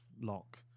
lock